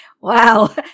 Wow